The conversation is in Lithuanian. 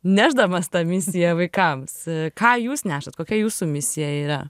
nešdamas tą misiją vaikams ką jūs nešat kokia jūsų misija yra